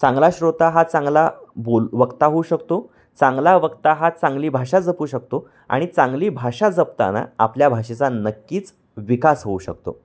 चांगला श्रोता हा चांगला बोल वक्ता होऊ शकतो चांगला वक्ता हा चांगली भाषा जपू शकतो आणि चांगली भाषा जपताना आपल्या भाषेचा नक्कीच विकास होऊ शकतो